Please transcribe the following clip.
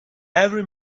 every